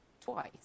twice